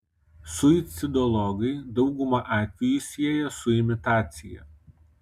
suicidologai daugumą atvejų sieja su imitacija